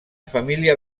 família